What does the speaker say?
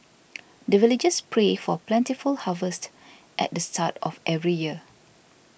the villagers pray for plentiful harvest at the start of every year